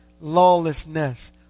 lawlessness